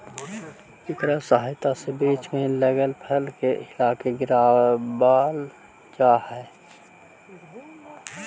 इकरा सहायता से वृक्ष में लगल फल के हिलाके गिरावाल जा हई